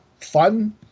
fun